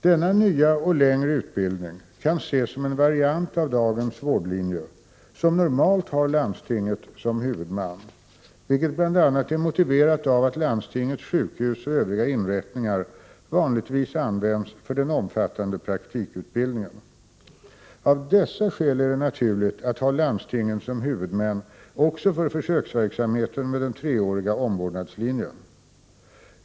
Denna nya och längre utbildning kan ses som en variant av dagens vårdlinje, som normalt har landstinget som huvudman, vilket bl.a. är motiverat av att landstingets sjukhus och övriga inrättningar vanligtvis används för den omfattande praktikutbildningen. Av dessa skäl är det naturligt att ha landstingen som huvudmän också för försöksverksamheten med den treåriga omvårdnadslinjen.